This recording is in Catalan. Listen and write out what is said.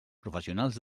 professionals